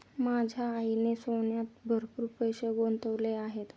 माझ्या आईने सोन्यात भरपूर पैसे गुंतवले आहेत